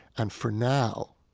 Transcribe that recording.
and for now,